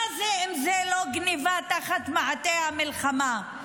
מה זה אם לא גנבה תחת מעטה המלחמה?